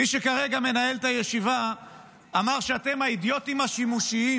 מי שכרגע מנהל את הישיבה אמר שאתם האידיוטים השימושיים,